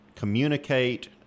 communicate